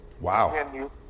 Wow